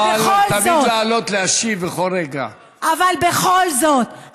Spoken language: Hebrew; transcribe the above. גם ממך וגם מכל החברים פה ומראש הממשלה,